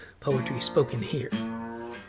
poetryspokenhere